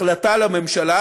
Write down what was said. החלטה לממשלה